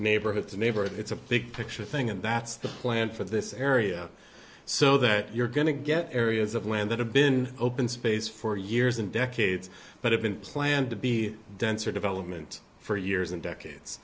neighborhood it's a big picture thing and that's the plan for this area so that you're going to get areas of land that have been open space for years and decades it's but have been planned to be denser development for years and decades